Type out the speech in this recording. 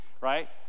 right